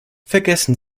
vergessen